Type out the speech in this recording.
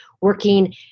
working